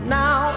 now